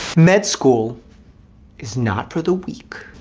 med school is not for the weak.